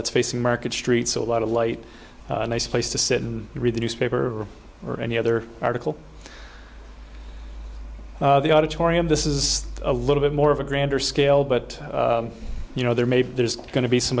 that's facing market streets a lot of light nice place to sit and read a newspaper or any other article the auditorium this is a little bit more of a grander scale but you know there maybe there's going to be some